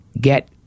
get